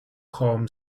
calm